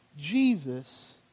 Jesus